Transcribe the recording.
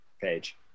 page